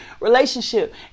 relationship